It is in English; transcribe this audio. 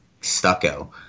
stucco